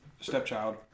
stepchild